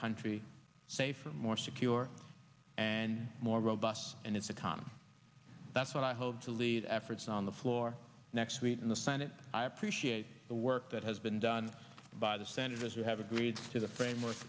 country safer more secure and more robust and its economy that's what i hope to lead efforts on the floor next week in the senate i appreciate the work that has been done by the senators who have agreed to the framework